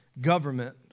government